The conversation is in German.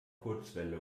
kurzwelle